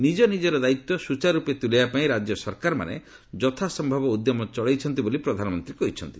ନିଜନିଜର ଦାୟିତ୍ୱ ସୁଚାରୁର୍ପେ ତୁଲାଇବା ପାଇଁ ରାଜ୍ୟ ସରକାରମାନେ ଯଥାସମ୍ଭବ ଉଦ୍ୟମ ଚଳାଇଛନ୍ତି ବୋଲି ପ୍ରଧାନମନ୍ତ୍ରୀ କହିଛନ୍ତି